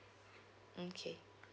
okay